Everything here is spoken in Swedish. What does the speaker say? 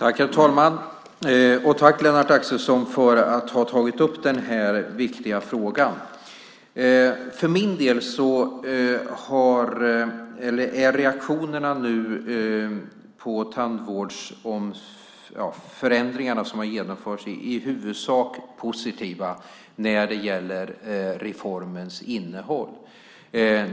Herr talman! Tack, Lennart Axelsson, för att du har tagit upp denna viktiga fråga! För min del är reaktionerna på tandvårdsförändringarna som har genomförts i huvudsak positiva när det gäller reformens innehåll.